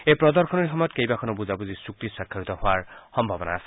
এই প্ৰদশনীৰ সময়ত কেইবাখনো বুজাবুজিৰ চুক্তি স্বাক্ষৰিত হোৱাৰ সম্ভাৱনা আছে